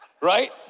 right